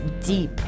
deep